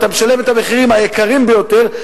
אתה משלם את המחירים היקרים ביותר,